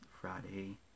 Friday